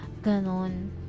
ganon